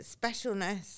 specialness